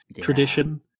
tradition